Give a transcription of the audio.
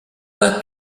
pas